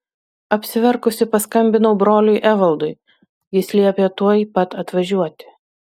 apsiverkusi paskambinau broliui evaldui jis liepė tuoj pat atvažiuoti